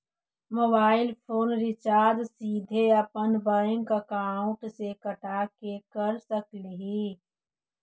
Mobile phone recharge सीधे अपन bank account से कटा के कर सकली ही?